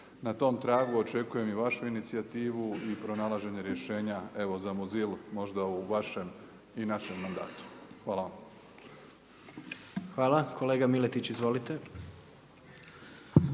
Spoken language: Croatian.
Na tom tragu očekujem i vašu inicijativnu i pronalaženje rješenja evo za mozilu, možda u vašem i našem mandatu. Hvala vam. **Jandroković, Gordan